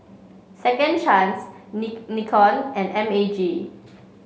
Second Chance Nikon and M A G